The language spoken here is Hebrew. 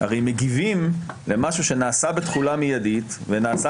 הרי מגיבים למשהו שנעשה בתחולה מידית ונעשה